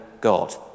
god